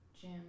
gym